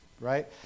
right